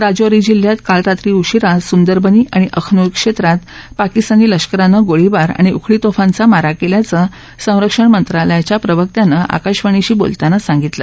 राजौरी जिल्ह्यात काल रात्री उशिरा सुंदरबनी आणि अखनूर क्षेत्रात पाकिस्तानी लष्करानं गोळीबार आणि उखळी तोफांचा मारा केल्याचं संरक्षण मंत्रालयाच्या प्रवक्त्यांन आकाशवाणीशी बोलताना सांगितलं